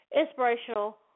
Inspirational